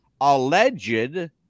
alleged